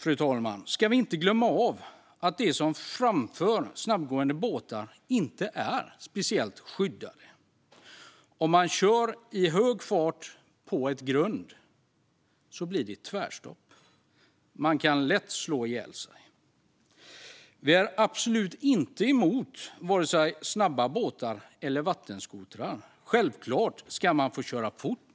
Sedan ska vi inte glömma att de som framför snabbgående båtar inte är speciellt skyddade. Om man kör på ett grund i hög fart blir det tvärstopp. Man kan lätt slå ihjäl sig. Vi är absolut inte emot vare sig snabba båtar eller vattenskotrar. Självklart ska man få köra fort.